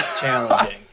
challenging